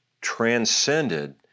transcended